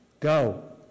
Go